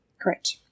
Correct